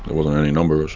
wasn't any number.